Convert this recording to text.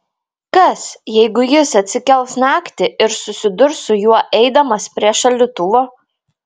kas jeigu jis atsikels naktį ir susidurs su juo eidamas prie šaldytuvo